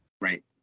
right